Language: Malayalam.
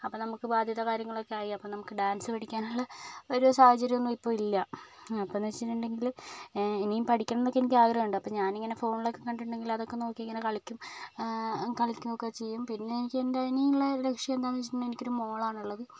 അപ്പം നമുക്ക് ബാധ്യത കാര്യങ്ങൾ ഒക്കെയായി അപ്പോൾ നമുക്ക് ഡാൻസ് പഠിക്കാനുള്ള ഒരു സാഹചര്യമൊന്നും ഇപ്പോഴില്ല അപ്പോഴെന്ന് വെച്ചിട്ടുണ്ടെങ്കിൽ ഇനിയും പഠിക്കണം എന്നൊക്കെ എനിക്ക് ആഗ്രഹമുണ്ട് അപ്പം ഞാനിങ്ങനെ ഫോണിലൊക്കെ കണ്ടിട്ട് അതൊക്കെ നോക്കി ഇങ്ങനെ കളിക്കും കളിക്കും ഒക്കെ ചെയ്യും പിന്നെ എനിക്ക് ഇനിയുള്ള ലക്ഷ്യം എന്താണ് ചോദിച്ചിട്ടുണ്ടെങ്കിൽ എനിക്കൊരു മോളാണ് ഉള്ളത്